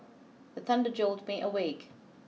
the thunder jolt me awake